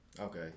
Okay